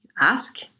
Ask